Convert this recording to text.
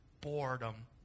boredom